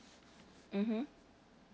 mmhmm